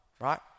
right